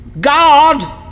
God